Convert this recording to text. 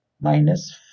minus